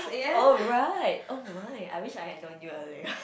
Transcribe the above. alright oh my I wish I have known you earlier